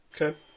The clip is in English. Okay